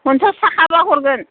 फनसास थाखाबा हरगोन